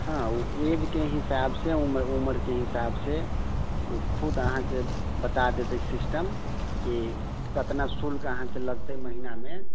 हँ ओ एजके हिसाबसँ उम्र उम्रके हिसाबसँ ओ खुद अहाँकेँ बता देतै सिस्टम कि कतना शुल्क अहाँकेँ लगतै महिनामे